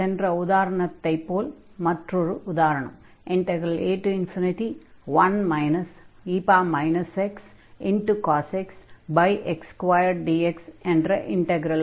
சென்ற உதாரணத்தில் எடுத்துக் கொண்ட மாதிரி மற்றொரு உதாரணம் a1 e xcos x x2dx என்ற இன்டக்ரல் ஆகும்